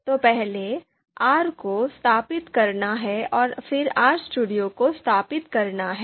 तो पहले R को स्थापित करना है और फिर RStudio को स्थापित करना है